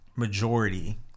majority